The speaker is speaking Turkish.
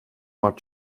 mart